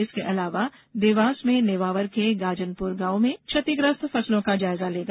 इसके अलावा देवास जिले में नेमावर के गाजनपुर गॉव में क्षतिग्रस्त फसलों का जायजा लेगा